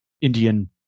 Indian